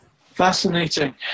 Fascinating